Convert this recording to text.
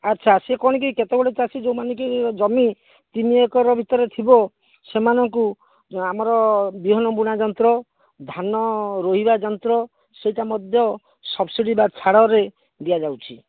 ଆଚ୍ଛା ସେ କ'ଣ କି କେତେଗୁଡ଼େ ଚାଷୀ ଯୋଉମାନେ କି ଜମି ତିନି ଏକର ଭିତରେ ଥିବ ସେମାନଙ୍କୁ ଆମର ବିହନ ବୁଣା ଯନ୍ତ୍ର ଧାନ ରୋଇବା ଯନ୍ତ୍ର ସେଇଟା ମଧ୍ୟ ସବ୍ସିଡ଼ି ବା ଛାଡ଼ରେ ଦିଆଯାଉଛି